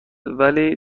ولی